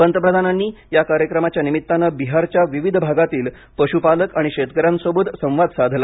पंतप्रधानांनी या कार्यक्रमाच्या निमित्तानं बिहारच्या विविध भागातील पशुपालक आणि शेतकऱ्यांसोबत संवाद साधला